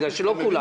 למרות שלא כולם כך.